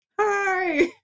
Hi